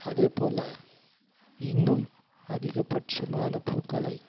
அதேப்போல இன்னும் அதிகபட்சமான பூக்களை